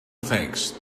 thanks